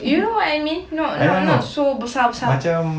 you know what I mean not not not so besar besar macam like the rock